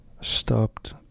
stopped